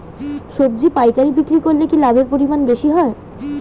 সবজি পাইকারি বিক্রি করলে কি লাভের পরিমাণ বেশি হয়?